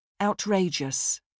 Outrageous